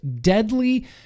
deadly